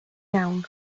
iawn